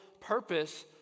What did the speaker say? purpose